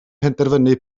penderfynu